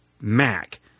Mac